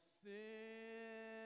sin